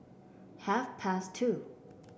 half past two